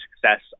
success